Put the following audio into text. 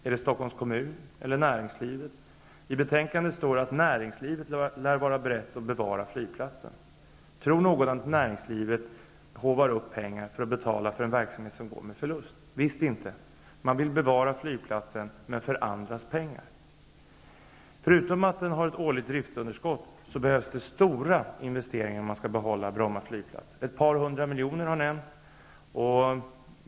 Är det Stockholms kommun eller näringslivet? I betänkandet står det att ''näringslivet lär vara berett att bevara flygplatsen''. Tror någon att näringslivet vill betala pengar för en verksamhet som går med förlust? Visst inte. Man vill bevara flygplatsen, men för andras pengar. Förutom att Bromma har ett årligt driftsunderskott behövs det stora investeringar, om flygplatsen skall kunna behållas -- ett par hundra miljoner har nämnts.